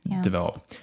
develop